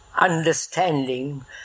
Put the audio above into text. understanding